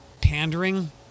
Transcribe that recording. pandering